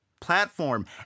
platform